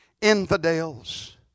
infidels